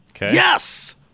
Yes